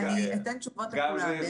אני אתן תשובות לכולם.